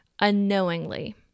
unknowingly